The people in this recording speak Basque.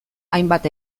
hainbat